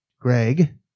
greg